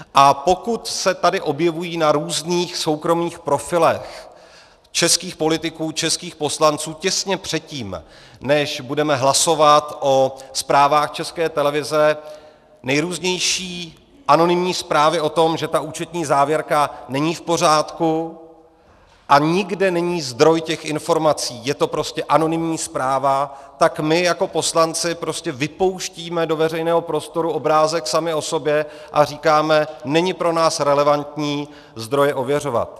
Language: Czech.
A pokud se tady objevují na různých soukromých profilech českých politiků, českých poslanců těsně předtím, než budeme hlasovat o zprávách České televize nejrůznější anonymní zprávy o tom, že ta účetní závěrka není v pořádku, a nikde není zdroj těch informací, je to prostě anonymní zpráva, tak my jako poslanci prostě vypouštíme do veřejného prostoru obrázek sami o sobě a říkáme: není pro nás relevantní zdroje ověřovat.